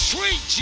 Sweet